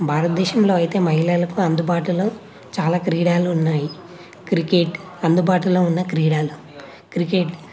భారతదేశంలో అయితే మహిళలకు అందుబాటులో చాలా క్రీడాలు ఉన్నాయి క్రికెట్ అందుబాటులో ఉన్న క్రీడాలు క్రికెట్